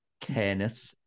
Kenneth